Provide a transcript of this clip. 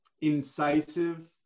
incisive